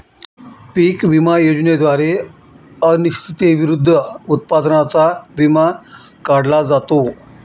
पीक विमा योजनेद्वारे अनिश्चिततेविरुद्ध उत्पादनाचा विमा काढला जातो